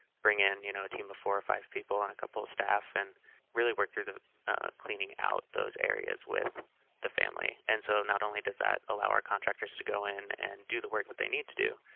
bring in you know a team of four or five people and a couple of staff and really work through cleaning out those areas with the family, and so, not only does that allow our contractors to go in and do the work that they need to do,